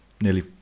nearly